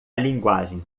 linguagem